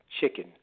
Chicken